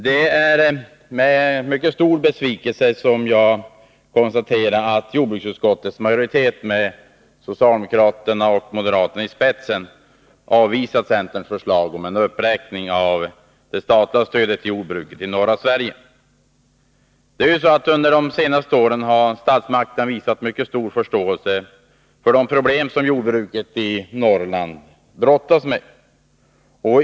Det är med mycket stor besvikelse jag konstaterar att jordbruksutskottets majoritet, med socialdemokrater och moderater i spetsen, avvisat centerns förslag om en uppräkning av det statliga stödet till jordbruket i norra Sverige. Under de senaste åren har statsmakterna visat stor förståelse för de problem som jordbruket i Norrland brottats med.